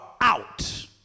out